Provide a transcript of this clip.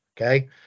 okay